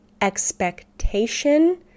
expectation